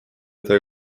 töö